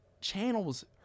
channels